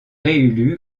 réélu